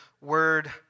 word